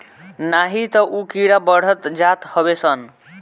नाही तअ उ कीड़ा बढ़त जात हवे सन